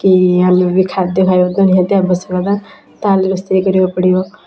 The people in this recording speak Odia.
କି ଆମେ ବି ଖାଦ୍ୟ ଖାଇବା ତ ନିହାତି ଆବଶ୍ୟକତା ତାହେଲେ ରୋଷେଇ କରିବାକୁ ପଡ଼ିବ